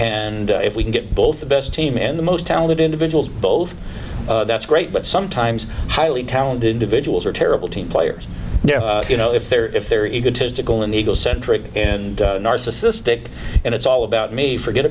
and if we can get both the best team and the most talented individuals both that's great but sometimes highly talented individuals are terrible team players you know if they're if they're egotistical and egocentric and narcissistic and it's all about me forget